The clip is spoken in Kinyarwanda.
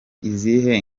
izihe